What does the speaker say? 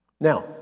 Now